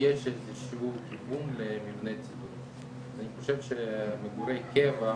יש איזשהו כיוון למבנה ציבורי ואני חושב שמגורי קבע,